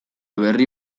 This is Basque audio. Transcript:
berri